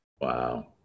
Wow